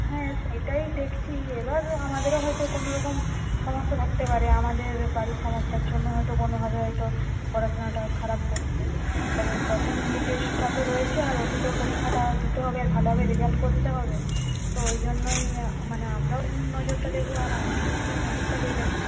হ্যাঁ সেটাই দেখছি এবার আমাদেরও হয়তো কোনো রকম সমস্যা থাকতে পারে আমাদের বাড়ির সমস্যার জন্য হয়তো কোনোভাবে হয়তো পড়াশোনাটা খারাপ করেছে তবে প্রথম ইউনিট টেস্টটা তো রয়েছে আর ওকে তো পরীক্ষাটা দিতে হবে আর ভালোভাবে রেজাল্ট করতে হবে তো ওই জন্যই মানে আমরাও নজরটা দেবো আর আপনিও একটু নজরটা দেবেন